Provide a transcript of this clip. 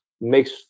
makes